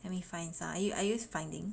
let me find some are you are you finding